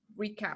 recap